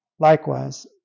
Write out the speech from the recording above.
Likewise